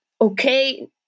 okay